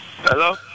Hello